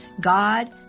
God